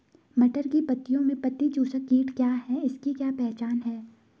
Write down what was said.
मटर की पत्तियों में पत्ती चूसक कीट क्या है इसकी क्या पहचान है?